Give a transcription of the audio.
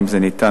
אם זה ניתן,